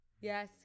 Yes